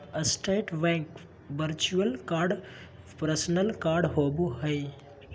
state bank virtual card personal card होबो हइ